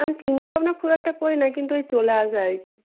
আমি চিন্তা ভাবনা খুব একটা করি না কিন্তু ওই চলে আসে আর কি